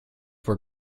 were